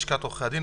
מלשכת עורכי דין,